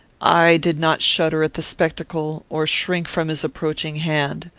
i did not shudder at the spectacle, or shrink from his approaching hand.